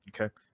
okay